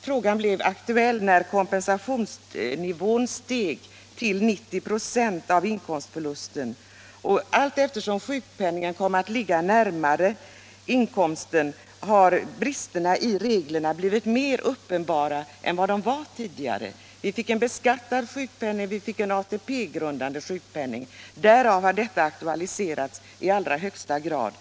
frågan blev aktuell först när kompensationsnivån steg till 90 26 av inkomstförlusten. Allteftersom sjukpenningen kom att ligga närmare inkomsten, blev bristerna i reglerna mer uppenbara än de var tidigare. Vi fick en beskattad sjukpenning och en ATP-grundande sjukpenning. Därigenom har detta ärende aktualiserats i allra högsta grad.